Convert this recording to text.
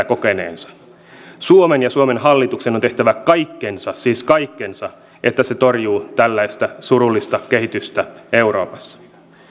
kokeneensa suomen ja suomen hallituksen on tehtävä kaikkensa siis kaikkensa että se torjuu tällaista surullista kehitystä euroopassa